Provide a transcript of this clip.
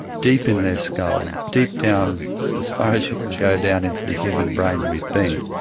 deep in their skull, deep down as far as you can go down into the human brain we've been.